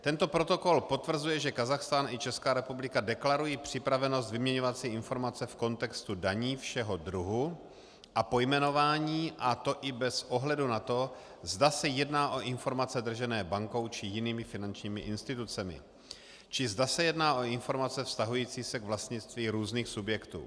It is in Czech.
Tento protokol potvrzuje, že Kazachstán i Česká republika deklarují připravenost vyměňovat si informace v kontextu daní všeho druhu a pojmenování, a to i bez ohledu na to, zda se jedná o informace držené bankou či jinými finančními institucemi, či zda se jedná o informace vztahující se k vlastnictví různých subjektů.